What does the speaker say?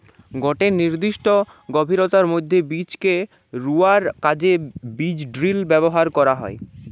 গটে নির্দিষ্ট গভীরতার মধ্যে বীজকে রুয়ার কাজে বীজড্রিল ব্যবহার করা হয়